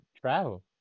travel